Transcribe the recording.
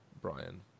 Brian